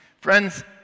Friends